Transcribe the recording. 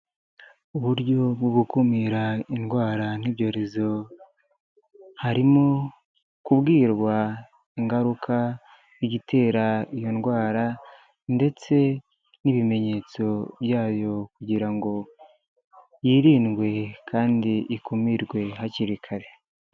Uburyo bwo gukumira indwara nk'ibyorezo, harimo kubwirwa ingaruka n'igitera iyo ndwara ndetse n'ibimenyetso byayo kugira ngo yirindwe kandi ikumirwe hakiri kare.